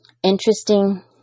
interesting